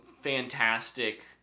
Fantastic